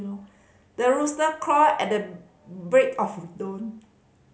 the rooster crow at the break of